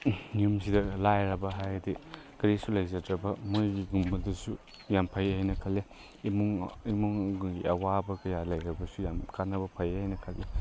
ꯌꯨꯝꯁꯤꯗ ꯂꯥꯏꯔꯕ ꯍꯥꯏꯔꯗꯤ ꯀꯔꯤꯁꯨ ꯂꯩꯖꯗ꯭ꯔꯕ ꯃꯣꯏꯒꯤꯒꯨꯝꯕꯗꯁꯨ ꯌꯥꯝ ꯐꯩ ꯍꯥꯏꯅ ꯈꯜꯂꯤ ꯏꯃꯨꯡꯒꯤ ꯑꯋꯥꯕ ꯀꯌꯥ ꯂꯩꯔꯕꯁꯨ ꯌꯥꯝ ꯀꯥꯟꯅꯕ ꯐꯩ ꯍꯥꯏꯅ ꯈꯜꯂꯤ